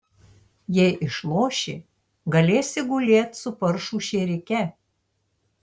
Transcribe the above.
jei išloši galėsi gulėt su paršų šėrike